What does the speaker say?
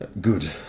Good